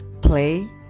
play